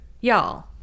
Y'all